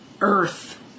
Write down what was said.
Earth